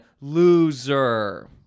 loser